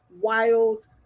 wild